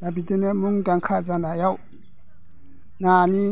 दा बिदिनो मुंदांखा जानायाव नानि